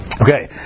Okay